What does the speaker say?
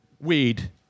Weed